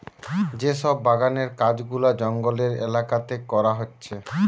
যে সব বাগানের কাজ গুলা জঙ্গলের এলাকাতে করা হচ্ছে